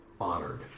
honored